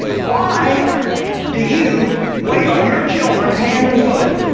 why do you wait on your children hand and foot